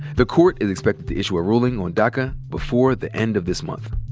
the court is expected to issue a ruling on daca before the end of this month.